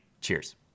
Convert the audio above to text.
cheers